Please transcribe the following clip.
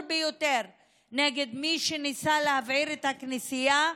ביותר נגד מי שניסה להבעיר את הכנסייה,